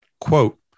quote